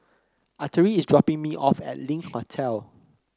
Artie is dropping me off at Link Hotel